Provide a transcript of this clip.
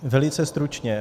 Velice stručně.